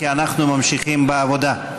כי אנחנו ממשיכים בעבודה.